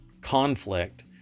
conflict